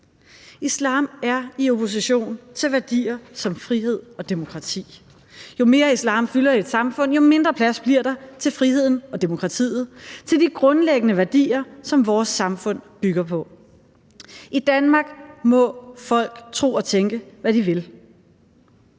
Islam er i opposition til værdier som frihed og demokrati. Jo mere islam fylder i et samfund, jo mindre plads bliver der til friheden og demokratiet, til de grundlæggende værdier, som vores samfund bygger på. I Danmark må folk tro og tænke, hvad de vil,